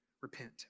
repent